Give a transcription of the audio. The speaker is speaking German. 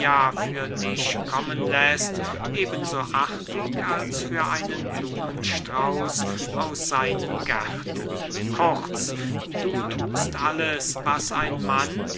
für dich kommen läßt eben so artig als für einen blumenstrauß aus seinen gärten kurz du thust alles was ein mann